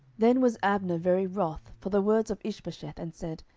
then was abner very wroth for the words of ishbosheth, and said,